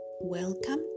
welcome